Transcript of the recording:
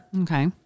Okay